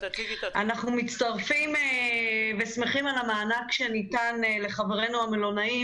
אנחנו מצטרפים ושמחים על המענק שניתן לחברינו המלונאים